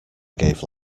gave